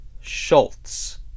Schultz